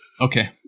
Okay